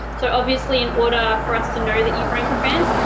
so obviously, in order for us to know that you've rank advanced,